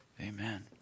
Amen